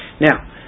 Now